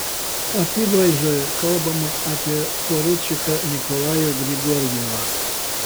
apybraižoje kalbama apie poručiką nikolajų grigorjevą